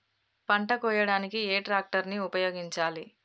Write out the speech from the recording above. పంట కోయడానికి ఏ ట్రాక్టర్ ని ఉపయోగించాలి?